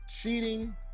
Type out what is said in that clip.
cheating